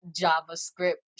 javascript